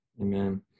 Amen